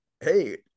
hey